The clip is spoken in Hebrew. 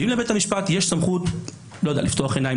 ואם לבית המשפט יש סמכות לפתוח עיניים,